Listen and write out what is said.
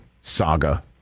saga